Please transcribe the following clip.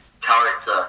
character